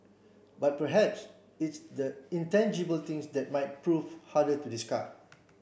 but perhaps it's the intangible things that might prove harder to discard